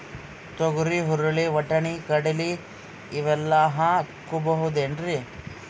ತೊಗರಿ, ಹುರಳಿ, ವಟ್ಟಣಿ, ಕಡಲಿ ಇವೆಲ್ಲಾ ಹಾಕಬಹುದೇನ್ರಿ?